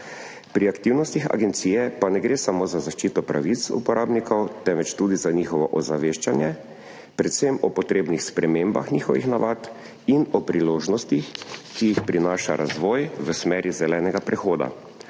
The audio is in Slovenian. Pri aktivnostih agencije pa ne gre samo za zaščito pravic uporabnikov, temveč tudi za njihovo ozaveščanje, predvsem o potrebnih spremembah njihovih navad in o priložnostih, ki jih prinaša razvoj v smeri zelenega prehoda.